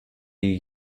you